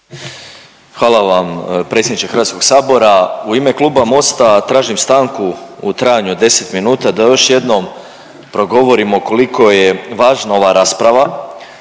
Hvala vam predsjedniče Hrvatskog sabora. U ime Kluba MOST-a tražim stanku u trajanju od 10 minuta da još jednom progovorimo koliko je važna ova rasprava,